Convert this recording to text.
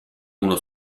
uno